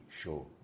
show